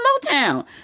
Motown